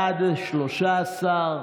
בעד, 13,